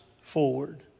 forward